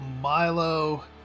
Milo